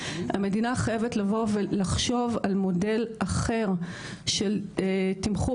המדינה חייבת לבוא ולחשוב על מודל אחר של תמחור